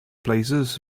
places